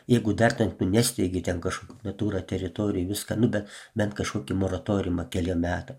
jeigu dar ten tu nešti ten kažku natūra teritorijoj viską nu bet bent kažkokį moratoriumą keliem metam